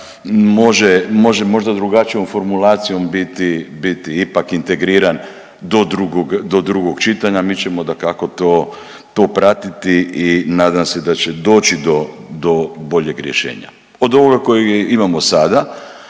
može možda drugačijom formulacijom biti integriran do drugog čitanja. Mi ćemo to dakako pratiti i nadam se da će doći do boljeg rješenja od ovoga kojega imamo sada,